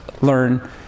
learn